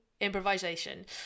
improvisation